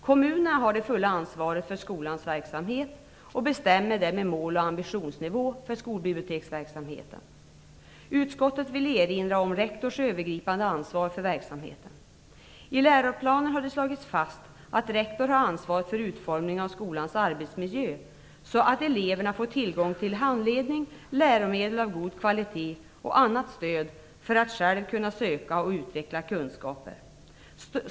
Kommunerna har det fulla ansvaret för skolans verksamhet och bestämmer därmed mål och ambitionsnivå för skolbiblioteksverksamheten. Utskottet vill erinra om rektors övergripande ansvar för verksamheten. I läroplanen har det slagits fast att rektor har ansvar för utformningen av skolans arbetsmiljö så att eleverna får tillgång till handledning, läromedel av god kvalitet och annat stöd för att själva kunna söka och utveckla kunskaper.